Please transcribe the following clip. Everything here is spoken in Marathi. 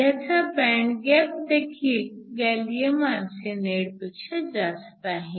ह्याचा बँड गॅपदेखील गॅलीअम आरसेनाइडपेक्षा जास्त आहे